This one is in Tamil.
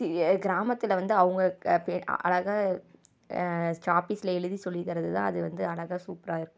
இதே கிராமத்தில் அவங்க அழகாக சாப்பிஸ்ல எழுதி சொல்லி தரது தான் அது வந்து அழகாக சூப்பராருக்குது